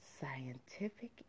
Scientific